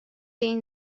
این